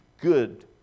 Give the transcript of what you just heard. good